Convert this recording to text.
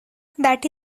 that